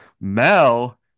Mel